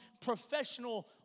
professional